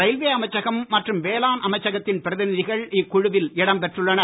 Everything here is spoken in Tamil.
ரயில்வே அமைச்சகம் மற்றும் வேளாண் அமைச்சகத்தின் பிரதிநிதிகள் இக்குழுவில் இடம்பெற்றுள்ளனர்